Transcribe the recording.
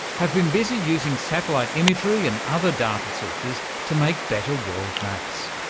have been busy using satellite imagery and other data sources to make better world maps,